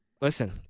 listen